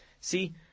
See